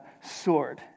sword